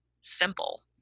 simple